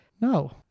No